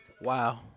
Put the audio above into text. Wow